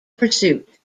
pursuit